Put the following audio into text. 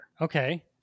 okay